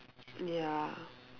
ya